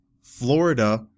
Florida